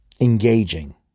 engaging